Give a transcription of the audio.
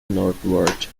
northward